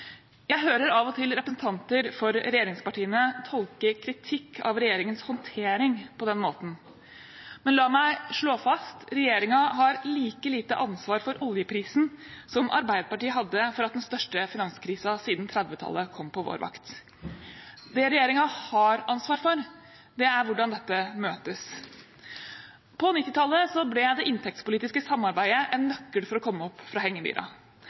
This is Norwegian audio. Jeg hører av og til representanter for regjeringspartiene tolke kritikk av regjeringens håndtering på den måten. Men la meg slå fast: Regjeringen har like lite ansvar for oljeprisen som Arbeiderpartiet hadde for at den største finanskrisen siden 1930-tallet kom på vår vakt. Det regjeringen har ansvar for, er hvordan dette møtes. På 1990-tallet ble det inntektspolitiske samarbeidet en nøkkel til å komme opp fra